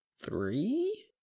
three